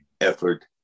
effort